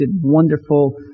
wonderful